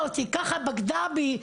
אותי כל כך הרבה שנים ככה בגדה בי,